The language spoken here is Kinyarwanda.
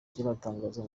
kiratangazwa